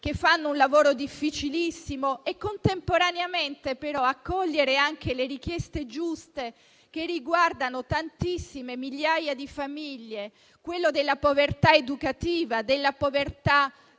che fanno un lavoro difficilissimo. Contemporaneamente, però, si accoglievano le richieste giuste riguardanti tantissime, migliaia di famiglie, quale quella sulla povertà educativa, la povertà